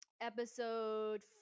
episode